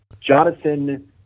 Jonathan